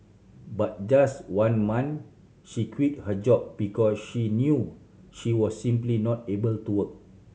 but just one month she quit her job because she knew she was simply not able to work